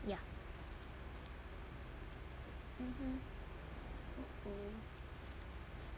ya mmhmm